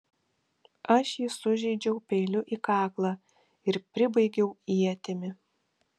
aš jį sužeidžiau peiliu į kaklą ir pribaigiau ietimi